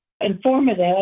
informative